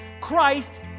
Christ